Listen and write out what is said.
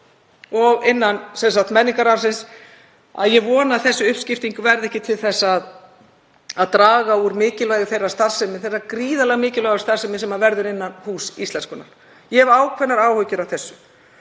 og innan menningararfsins. Ég vona að þessi uppskipting verði ekki til þess að draga úr mikilvægi þeirrar starfsemi, þeirrar gríðarlega mikilvægu starfsemi sem verður innan Húss íslenskunnar. Ég hef ákveðnar áhyggjur af því.